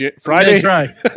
Friday